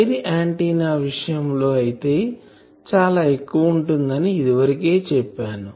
wire antenna విషయం లో అయితే చాలా ఎక్కువ ఉంటుంది అని ఇదివరకే చెప్పాను